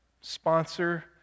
sponsor